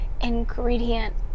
ingredient